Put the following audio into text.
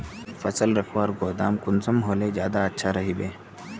फसल रखवार गोदाम कुंसम होले ज्यादा अच्छा रहिबे?